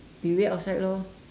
we wait outside lor